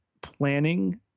planning –